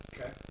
Okay